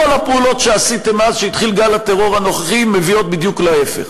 כל הפעולות שעשיתם מאז התחיל גל הטרור הנוכחי מביאות בדיוק להפך.